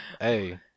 Hey